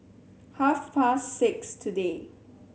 half past six today